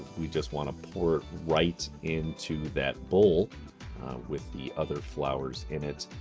we just wanna pour right into that bowl with the other flours in it.